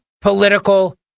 political